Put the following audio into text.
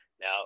Now